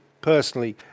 personally